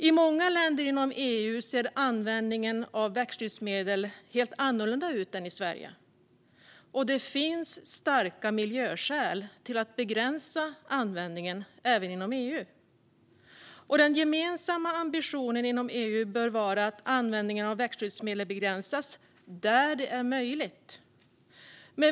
I många länder inom EU ser användningen av växtskyddsmedel helt annorlunda ut än i Sverige. Det finns starka miljöskäl för att begränsa användningen även inom EU. Den gemensamma ambitionen inom EU bör vara att användningen av växtskyddsmedel begränsas där det är möjligt.